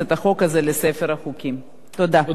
תודה לחברת הכנסת פאינה קירשנבאום.